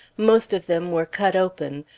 most of them were cut open,